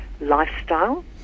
lifestyle